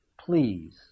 please